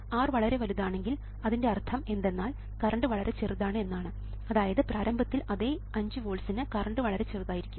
R വളരെ വലുതാണെങ്കിൽ അതിന്റെ അർത്ഥം എന്തെന്നാൽ കറണ്ട് വളരെ ചെറുതാണ് എന്നാണ് അതായത് പ്രാരംഭത്തിൽ അതേ 5 വോൾട്സ്ന് കറണ്ട് വളരെ ചെറുതായിരിക്കും